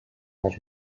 más